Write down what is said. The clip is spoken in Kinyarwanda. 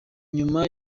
nyuma